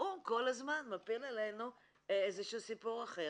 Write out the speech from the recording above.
האו"ם כל הזמן מפיל עלינו איזה שהוא סיפור אחר.